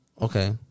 Okay